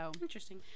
Interesting